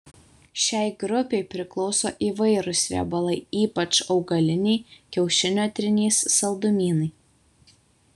šiai grupei priklauso įvairūs riebalai ypač augaliniai kiaušinio trynys saldumynai